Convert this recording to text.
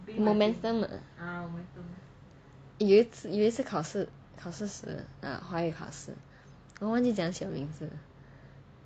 momentum ah 有一次考试考试时华语考试我忘记怎样写我的名字